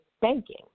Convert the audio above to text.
banking